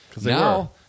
Now